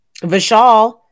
Vishal